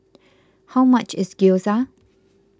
how much is Gyoza